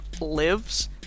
lives